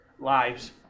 lives